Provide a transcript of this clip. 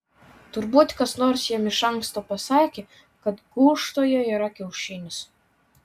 turbūt kas nors jam iš anksto pasakė kad gūžtoje yra kiaušinis